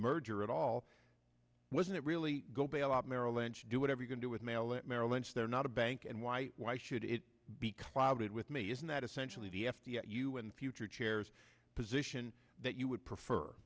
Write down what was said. merger at all wasn't really go bail out merrill lynch do whatever you can do with mail at merrill lynch they're not a bank and why why should it be clouded with me isn't that essentially the f d a you in future chairs position that you would prefer